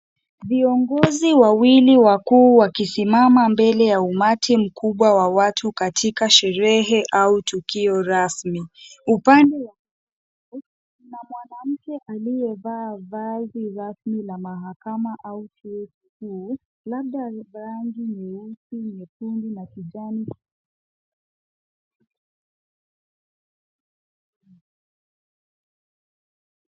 Viongozi wawili wakuu wakisimama mbele ya umati mkubwa wa watu katika sherehe au tukio rasmi. Upande wa kushoto kuna mwanamke aliyevaa vazi rasmi la mahakama au chuo kikuu labda ni rangi nyeusi, nyekundu na kijani.